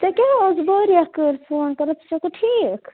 ژےٚ کیٛاہ اوس واریاہ کٲلۍ فون کرو ژٕ چھکھٕ ٹھیٖک